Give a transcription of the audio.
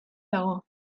dago